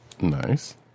Nice